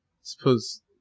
Suppose